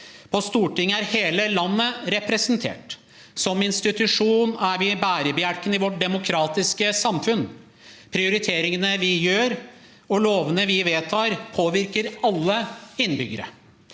På Stortinget er hele landet representert. Som institusjon er vi bærebjelken i vårt demokratiske samfunn. Prioriteringene vi gjør, og lovene vi vedtar, påvirker alle innbyggere.